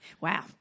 Wow